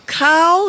cow